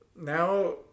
now